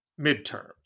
midterms